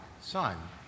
Son